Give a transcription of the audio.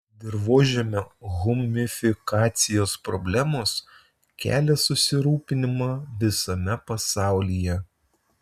dirvožemio humifikacijos problemos kelia susirūpinimą visame pasaulyje